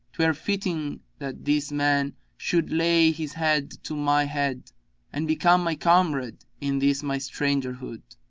twere fitting that this man should lay his head to my head and become my comrade in this my strangerhood.